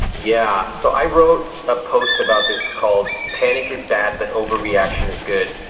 yeah. so i wrote a post about this called, panic is bad, but overreaction is good,